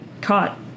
Caught